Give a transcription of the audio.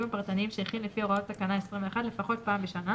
הפרטניים שהכין לפי הוראות תקנה 21 לפחות פעם בשנה,